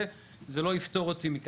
זה לא יפטור אותי.